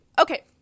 Okay